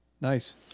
Nice